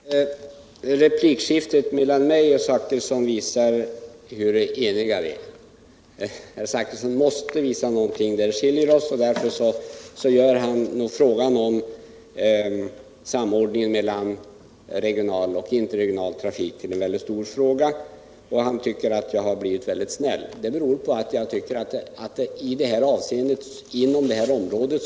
Herr talman! Replikskiftet mellan mig och Bertil Zachrisson visar hur eniga vi är. Bertil Zachrisson måste visa någon detalj där vi skiljer oss, och därför gör han frågan om samordningen mellan regional och interregional trafik till en mycket stor fråga. Han tycker att jag har blivit väldigt snäll. Det beror på att jag tycker att vi har nått ganska långt inom det här området.